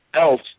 else